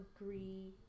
agree